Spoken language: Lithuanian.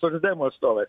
socdemų atstovais